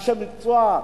אנשי מקצוע,